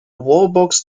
wallbox